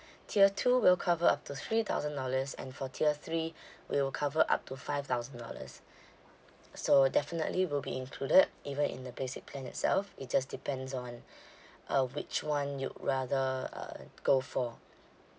tier two will cover up to three thousand dollars and for tier three we'll cover up to five thousand dollars so definitely will be included even in the basic plan itself it just depends on uh which one you'd rather uh go for